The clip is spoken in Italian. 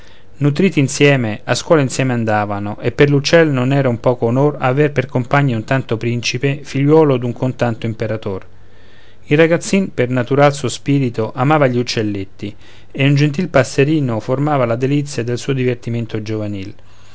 nutriti insieme a scuola insieme andavano e per l'uccel non era un poco onor avere per compagno un tanto principe figliuolo d'un cotanto imperator il ragazzin per natural suo spirito amava gli uccelletti ed un gentil passerino formava la delizia del suo divertimento giovanil